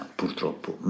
purtroppo